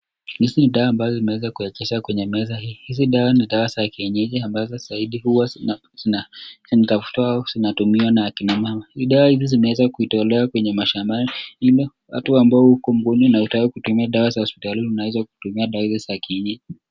Hizi ni taa ambazo zimeweza kuwakishwa kwenye meza hii . Hizi dawa ni dawa za kienyeji ambazo zaidi huwa zinatumiwa na kina mama. Dawa hizi zimeweza kutolewa kwenye mashambani ili watu ambao uko mgonjwa na hutaka kutumia dawa za hospitalini unawaeza kutumia dawa hizi za kienyeji.